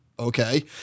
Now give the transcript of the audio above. okay